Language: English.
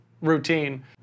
routine